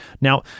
Now